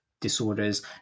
disorders